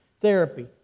therapy